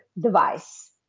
device